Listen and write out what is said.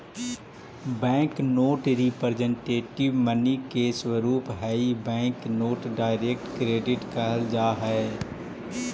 bank note representative money के स्वरूप हई बैंक नोट डायरेक्ट क्रेडिट कहल जा हई